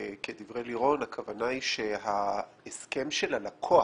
כדברי לירון, הכוונה היא שההסכם של הלקוח